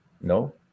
No